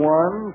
one